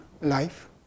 life